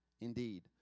Indeed